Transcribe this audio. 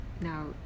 Now